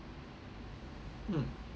mm